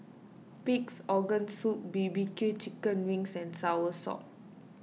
Pig's Organ Soup B B Q Chicken Wings and Soursop